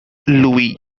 louie